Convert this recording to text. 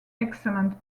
excellent